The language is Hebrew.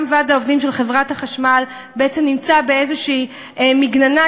גם ועד העובדים של חברת החשמל בעצם נמצא באיזושהי מגננה,